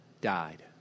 died